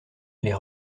les